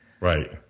Right